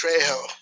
trejo